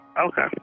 Okay